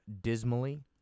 Dismally